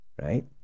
right